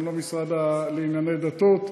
אני לא המשרד לענייני דתות.